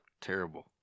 Terrible